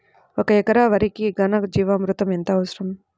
ఒక ఎకరా వరికి ఘన జీవామృతం ఎంత అవసరం?